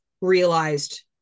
realized